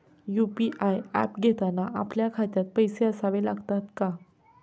UPI app घेताना आपल्या खात्यात पैसे असावे लागतात का?